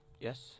Yes